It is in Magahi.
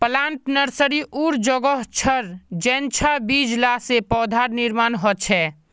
प्लांट नर्सरी उर जोगोह छर जेंछां बीज ला से पौधार निर्माण होछे